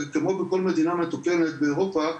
כמו בכל מדינה מתוקנת באירופה,